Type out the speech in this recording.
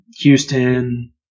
Houston